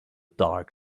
dark